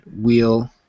wheel